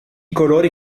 colori